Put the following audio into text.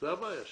זאת הבעיה שלנו.